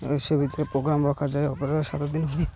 ସେ ଭିତରେ ପ୍ରୋଗ୍ରାମ୍ ରଖାଯାଏ ଅପେରାରେ ସାରଦିନ